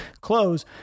close